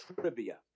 trivia